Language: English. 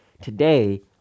Today